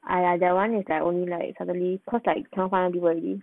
!aiya! that [one] is like only like suddenly cause like cannot find anybody